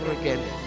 again